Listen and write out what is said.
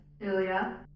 Ilya